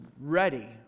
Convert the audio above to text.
ready